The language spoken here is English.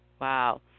Wow